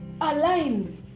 align